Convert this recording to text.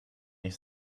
ich